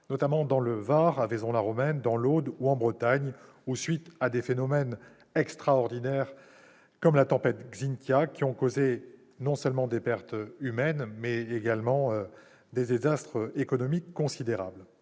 notamment dans le Var, à Vaison-la-Romaine, dans l'Aude ou en Bretagne, et de phénomènes extraordinaires, comme la tempête Xynthia, qui ont causé non seulement des pertes humaines, mais également des désastres économiques considérables.